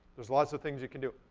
there's lot of things you can do.